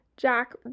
Jack